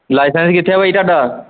licence ਕਿੱਥੇ ਆ ਭਾਅ ਜੀ ਤੁਹਾਡਾ